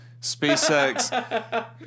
SpaceX